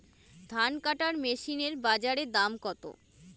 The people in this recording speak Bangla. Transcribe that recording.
ধান কাটার মেশিন এর বাজারে দাম কতো?